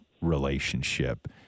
relationship